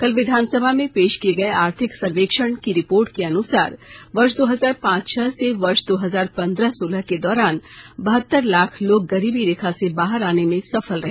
कल विधानसभा में पेश किए गए आर्थिक सर्वेक्षण की रिपोर्ट के अनुसार वर्ष दो हजार पांच छह से वर्ष दो हजार पन्द्रह सोलह के दौरान बहत्तर लाख लोग गरीबी रेखा से बाहर आने में सफल रहे